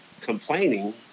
complaining